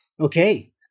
Okay